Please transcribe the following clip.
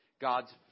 God's